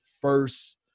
first